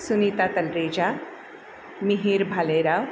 Sunita Talreja Mihir Bhalerao